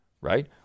right